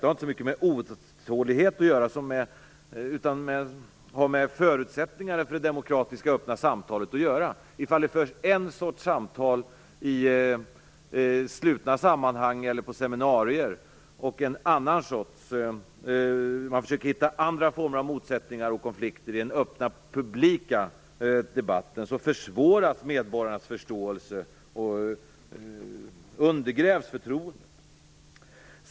Det har inte så mycket med otålighet som med förutsättningar för det öppna demokratiska samtalet att göra. Om det förs ett slags samtal i slutna sammanhang eller på seminarier samtidigt som man försöker hitta andra former av motsättningar och konflikter i den öppna publika debatten så försvåras medborgarnas förståelse och undergrävs förtroendet.